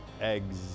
eggs